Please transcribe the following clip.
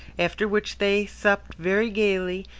after which they supped very gaily,